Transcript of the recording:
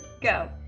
go